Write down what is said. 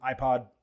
iPod